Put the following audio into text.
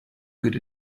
good